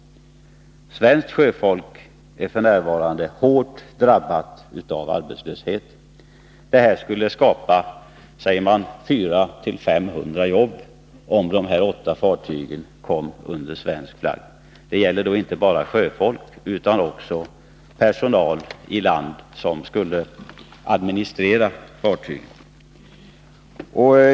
Svenskt sjöfolk är f. n. hårt drabbat av arbetslösheten. Om de här åtta fartygen kommer under svensk flagg skulle det skapa 400-500 jobb, säger man. Det gäller då inte bara sjöfolk utan även personal i land som skulle administrera fartygen.